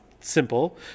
simple